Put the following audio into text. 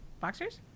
Boxers